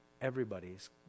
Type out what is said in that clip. everybody's